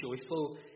joyful